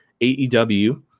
aew